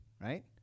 right